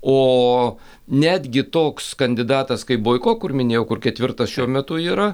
o netgi toks kandidatas kaip boiko kur minėjau kur ketvirtas šiuo metu yra